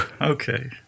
Okay